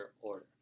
order